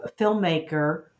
filmmaker